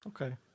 Okay